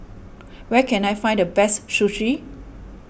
where can I find the best Sushi